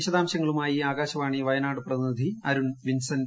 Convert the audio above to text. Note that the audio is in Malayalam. വിശദാംശങ്ങളുമായി ആകാശവാണി വയനാട് പ്രതിനിധി അരുൺ വിൻസെന്റ്